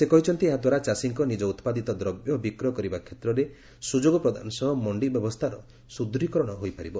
ସେ କହିଛନ୍ତି ଏହାଦ୍ୱାରା ଚାଷୀଙ୍କ ନିଜ ଉତ୍ପାଦିତ ଦ୍ରବ୍ୟ ବିକ୍ରୟ କରିବା କ୍ଷେତ୍ରରେ ସୁଯୋଗ ପ୍ରଦାନ ସହ ମଣ୍ଡି ବ୍ୟବସ୍ଥାର ସୁଦୂତ୍ୱୀକରଣ ହୋଇପାରିବ